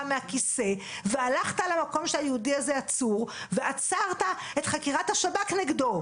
מהכיסא והלכת למקום שהיהודי הזה עצור ועצרת את חקירת השב"כ נגדו?